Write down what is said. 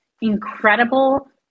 incredible